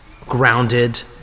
grounded